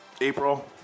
April